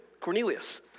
Cornelius